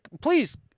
Please